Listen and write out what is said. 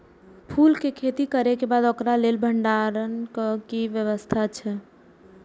फूल के खेती करे के बाद ओकरा लेल भण्डार क कि व्यवस्था अछि?